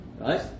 Right